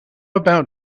about